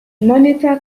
monitor